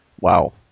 Wow